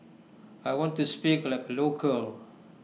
I want to speak like A local